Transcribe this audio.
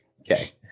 Okay